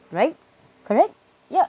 right correct yeah